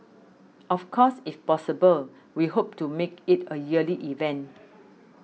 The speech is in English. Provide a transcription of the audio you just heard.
of course if possible we hope to make it a yearly event